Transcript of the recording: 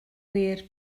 wir